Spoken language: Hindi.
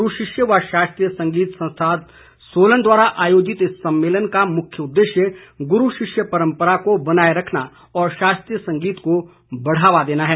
गुरू शिष्य व शास्त्रीय संगीत संस्था सोलन द्वारा आयोजित इस सम्मेलन का मुख्य उददेश्य गुरू शिष्य परंपरा को बनाए रखना और शास्त्रीय संगीत को बढ़ावा देना है